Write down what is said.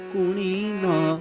Kunina